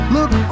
Look